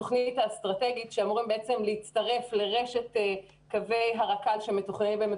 בתוכנית הרכבת הקלה אבל בינתיים הצטברו לא מעט דברים שנוגעים לפרויקט